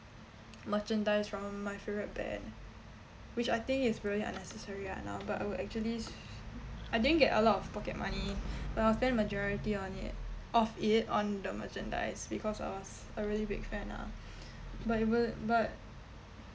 merchandise from my favourite band which I think is very unnecessary ah now but I would actually I didn't get a lot of pocket money but I will spend majority on it of it on the merchandise because I was a really big fan lah but it will but